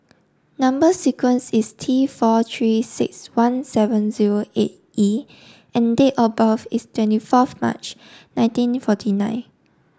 number sequence is T four three six one seven zero eight E and date of birth is twenty fourth March nineteen forty nine